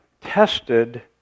tested